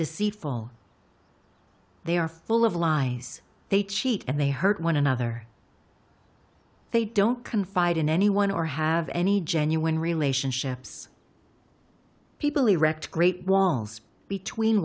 deceitful they are full of lies they cheat and they hurt one another they don't confide in anyone or have any genuine relationships people erect great walls between